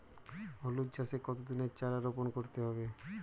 হলুদ চাষে কত দিনের চারা রোপন করতে হবে?